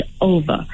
over